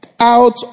Out